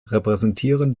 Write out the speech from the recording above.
repräsentieren